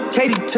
Katy